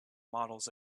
models